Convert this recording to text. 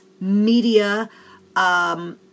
media